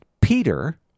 Peter